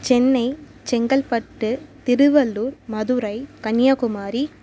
Chennai Chengalpattu Tiruvallur Madurai Kanyakumari